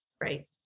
Right